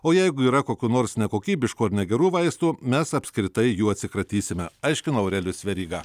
o jeigu yra kokių nors nekokybiškų ar negerų vaistų mes apskritai jų atsikratysime aiškina aurelijus veryga